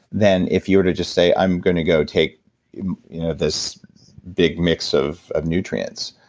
than if you were to just say, i'm going to go take this big mix of of nutrients.